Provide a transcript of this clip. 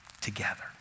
together